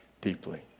deeply